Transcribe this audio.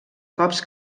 cops